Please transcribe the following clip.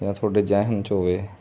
ਜਾਂ ਤੁਹਾਡੇ ਜਹਿਨ 'ਚ ਹੋਵੇ